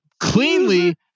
cleanly